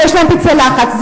כי יש להם פצעי לחץ.